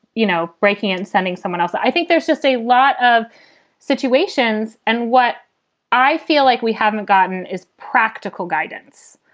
you know, breaking and sending someone else? i think there's just a lot of situations. and what i feel like we haven't gotten is practical guidance